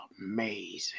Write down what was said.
amazing